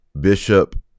Bishop